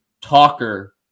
talker